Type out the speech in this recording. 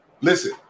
Listen